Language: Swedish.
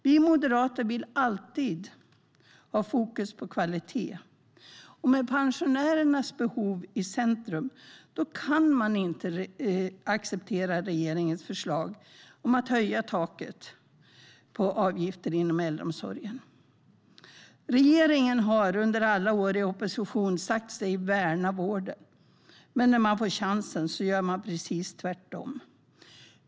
Vi moderater vill alltid ha fokus på kvalitet, och med pensionärens behov i centrum kan man inte acceptera regeringens förslag om att höja taket för avgifter inom äldreomsorgen. Regeringen har under alla år i opposition sagt sig värna om vården, men när man får chansen gör man precis tvärtom.